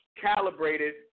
calibrated